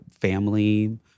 family